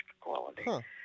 quality